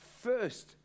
first